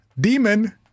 demon